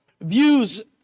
views